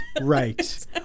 right